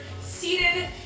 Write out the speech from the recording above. seated